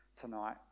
tonight